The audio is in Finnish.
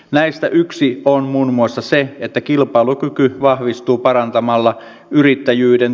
näistä yksi on muun muassa se että kilpailukyky vahvistuu parantamalla yrittäjyyden